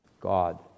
God